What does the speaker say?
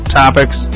topics